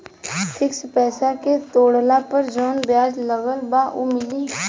Fix पैसा के तोड़ला पर जवन ब्याज लगल बा उ मिली?